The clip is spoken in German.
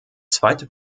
zweite